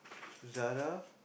Zara